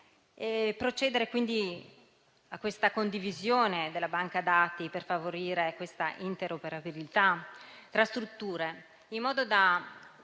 procedere, quindi, alla condivisione della banca dati per favorire questa interoperabilità tra strutture in modo da